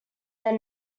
their